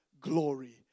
glory